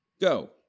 Go